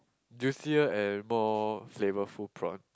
juicier and more flavour food prawn